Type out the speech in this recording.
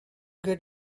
get